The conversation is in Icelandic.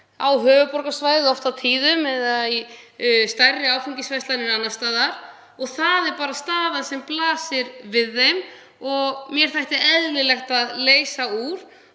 höfuðborgarsvæðisins eða í stærri áfengisverslanir annars staðar. Það er bara staðan sem blasir við þeim og mér þætti eðlilegt að leysa úr